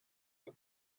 are